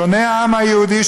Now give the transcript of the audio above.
שונה העם היהודי,